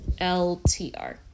ltr